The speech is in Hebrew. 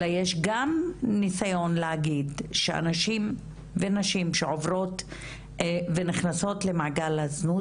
אלא יש גם ניסיון להגיד שאנשים ונשים שעוברות ונכנסות למעגל הזנות,